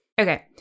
Okay